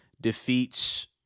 defeats